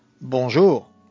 Bonjour